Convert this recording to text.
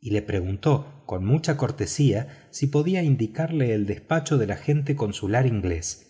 y le preguntó con mucha cortesía si podía indicarle el despacho del agente consular inglés